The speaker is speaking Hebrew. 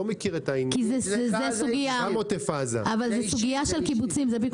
זו סוגיה של קיבוצים.